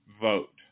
vote